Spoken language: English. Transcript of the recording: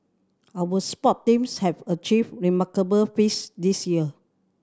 our sport teams have achieved remarkable feats this year